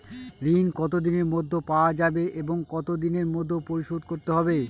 ঋণ কতদিনের মধ্যে পাওয়া যাবে এবং কত দিনের মধ্যে পরিশোধ করতে হবে?